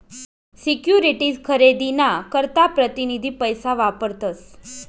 securities खरेदी ना करता प्रतीनिधी पैसा वापरतस